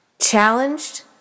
Challenged